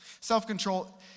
Self-control